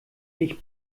ich